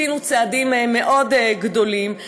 עשינו צעדים מאוד גדולים,